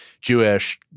Jewish